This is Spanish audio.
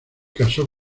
casó